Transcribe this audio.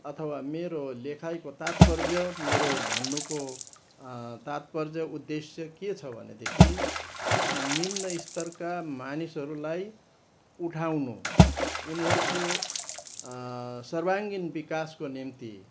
अथवा मेरो लेखाइको तात्पर्य मेरो भन्नुको तात्पर्य उद्देश्य के छ भनेदेखि निम्न स्तरका मानिसहरूलाई उठाउनु उनीहरूको सर्वाङ्गिन विकासको निम्ति